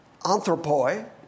anthropoi